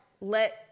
let